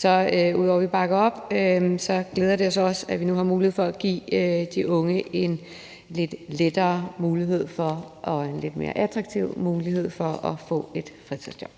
glæder det os også, ud over at vi bakker det op, at vi nu har mulighed for at give de unge en lidt lettere mulighed for og en lidt mere attraktiv mulighed for at få et fritidsjob.